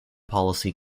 policy